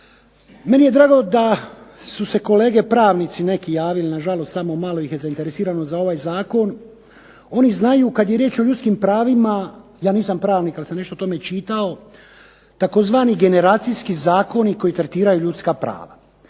meni je drago da su se kolege pravnici neki javili, nažalost samo malo ih je zainteresirano za ovaj zakon, oni znaju kad je riječ o ljudskim pravima, ja nisam pravnik ali sam nešto o tome čitao, tzv. generacijski zakoni koji tretiraju ljudska prava.